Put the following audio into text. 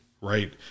right